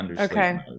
Okay